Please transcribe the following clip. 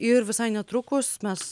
ir visai netrukus mes